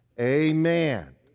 amen